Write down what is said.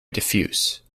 diffuse